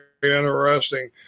interesting